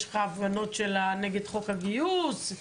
יש לך הפגנות נגד חוק הגיוס.